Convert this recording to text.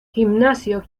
gimnasio